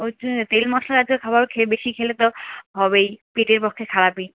ওর জন্যে তেল মশলা জাতীয় খে খাবার বেশি খেলে তো হবেই পেটের পক্ষে খারাপই